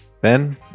Ben